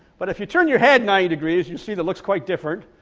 but if you turn your head ninety degrees you see that looks quite different.